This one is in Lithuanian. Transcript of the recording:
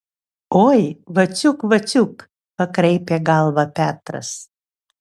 oi vaciuk vaciuk pakraipė galvą petras